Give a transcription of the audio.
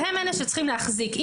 והם אלה שצריכים להחזיק את האישור.